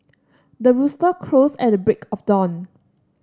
the rooster crows at the break of dawn